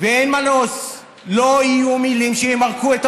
או שתחכה לבית משפט, או שתחכה לבית